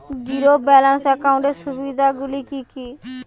Zero balance একাউন্টের সুবিধা গুলি কি কি?